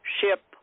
ship